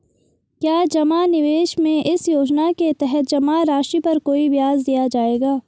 क्या जमा निवेश में इस योजना के तहत जमा राशि पर कोई ब्याज दिया जाएगा?